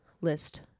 list